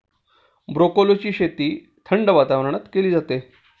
ब्रोकोलीची शेती थंड वातावरणात केली जाते